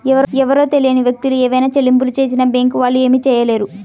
ఎవరో తెలియని వ్యక్తులు ఏవైనా చెల్లింపులు చేసినా బ్యేంకు వాళ్ళు ఏమీ చేయలేరు